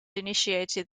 initiated